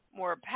more